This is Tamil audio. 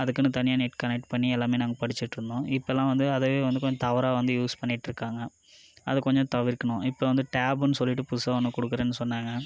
அதுக்குன்னு தனியாக நெட் கனெக்ட் பண்ணி எல்லாம் நாங்கள் படிச்சுட்ருந்தோம் இப்போல்லாம் வந்து அதயே வந்து கொஞ்சம் தவறாக வந்து யூஸ் பண்ணிகிட்ருக்காங்க அதை கொஞ்சம் தவிர்க்கணும் இப்போ வந்து டேபுன்னு சொல்லிவிட்டு புதுசாக ஒன்று கொடுக்கறேன் சொன்னாங்க